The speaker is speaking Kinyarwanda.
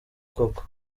koko